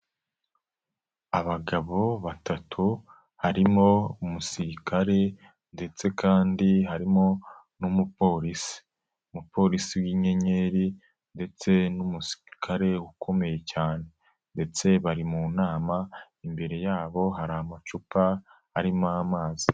Abagabo batatu, harimo umusirikare, ndetse kandi harimo n'umupolisi. Umupolisi w'inyenyeri, ndetse n'umusirikare ukomeye cyane, ndetse bari mu nama, imbere yabo hari amacupa arimo amazi.